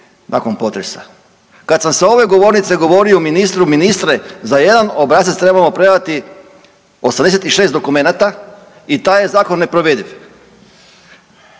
nakon potresa. Kad sam s ove govornice govorio ministru, ministre za jedan obrazac trebamo predati 86 dokumenata i taj je zakon neprovediv.